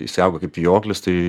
išsiaugo kaip vijoklis tai